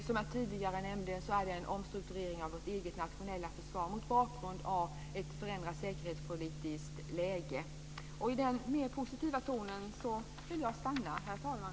Som jag tidigare nämnde gäller det också en omstrukturering av vårt eget nationella försvar mot bakgrund av ett förändrat säkerhetspolitiskt läge. I denna mer positiva ton vill jag stanna, herr talman.